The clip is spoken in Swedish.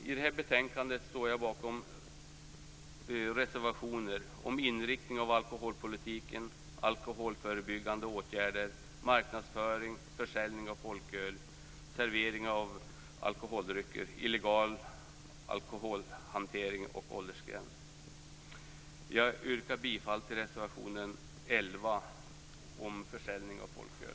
I det här betänkandet står jag bakom reservationer om inriktningen av alkoholpolitiken, alkoholförebyggande åtgärder, marknadsföring, försäljning av folköl, servering av alkoholdrycker, illegal alkoholhantering och åldersgräns. Jag yrkar bifall till reservation 11 om försäljning av folköl.